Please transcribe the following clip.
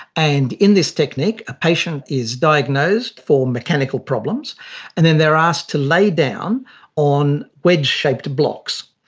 and in this technique a patient is diagnosed for mechanical problems and then they are asked to lie down on wedge shaped blocks,